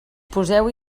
poseu